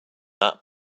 that